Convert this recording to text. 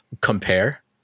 compare